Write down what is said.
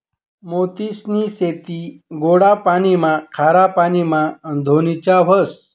मोतीसनी खेती गोडा पाणीमा, खारा पाणीमा धोनीच्या व्हस